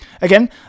Again